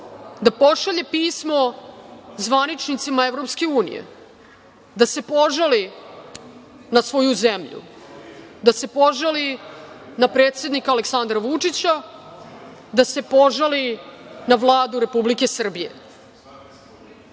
da pošalje pismo zvaničnicima EU, da se požali na svoju zemlju, da se požali na predsednika Aleksandra Vučića, da se požali na Vladu Republike Srbije